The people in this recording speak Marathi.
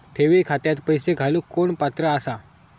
ठेवी खात्यात पैसे घालूक कोण पात्र आसा?